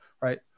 right